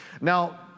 Now